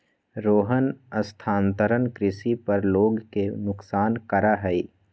रोहन स्थानांतरण कृषि पर लोग के नुकसान करा हई